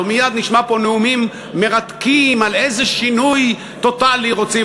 הלוא מייד נשמע פה נאומים מרתקים על איזה שינוי טוטלי רוצים,